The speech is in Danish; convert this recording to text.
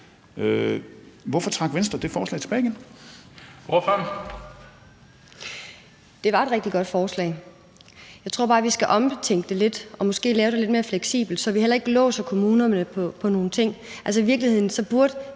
19:49 Marlene Ambo-Rasmussen (V): Det var et rigtig godt forslag. Jeg tror bare, at vi skal omtænke det lidt og måske lave det lidt mere fleksibelt, så vi heller ikke låser kommunerne på nogle ting. Altså, i virkeligheden burde